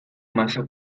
masa